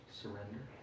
surrender